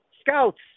scouts